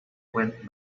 went